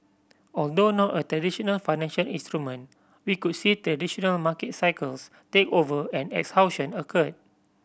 although not a traditional financial instrument we could see traditional market cycles take over and exhaustion occur